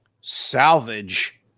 salvage